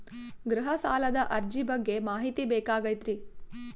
ಗೃಹ ಸಾಲದ ಅರ್ಜಿ ಬಗ್ಗೆ ಮಾಹಿತಿ ಬೇಕಾಗೈತಿ?